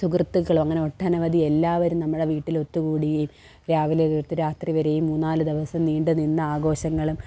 സുഹൃത്തുക്കളും അങ്ങനെ ഒട്ടനവധി എല്ലാവരും നമ്മുടെ വീട്ടിലൊത്തു കൂടുകയും രാവിലെ തൊട്ട് രാത്രി വരെയും മൂന്ന് നാല് ദിവസം നീണ്ട് നിന്നാഘോഷങ്ങളും